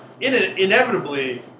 inevitably